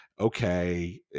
okay